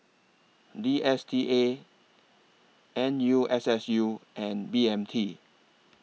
D S T A N U S S U and B M T